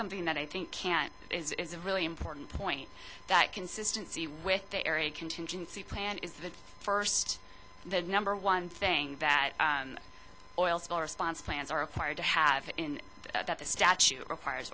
something that i think can is a really important point that consistency with the area contingency plan is the first the number one thing that oil spill response plans are required to have in that the statute requires